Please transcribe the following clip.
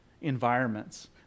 environments